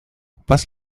was